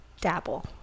dabble